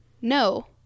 no